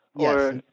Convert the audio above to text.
Yes